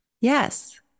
Yes